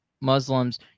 muslims